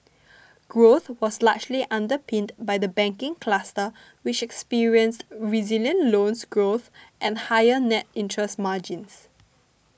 growth was largely underpinned by the banking cluster which experienced resilient loans growth and higher net interest margins